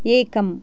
एकम्